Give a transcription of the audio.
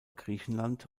griechenland